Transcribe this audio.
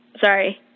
sorry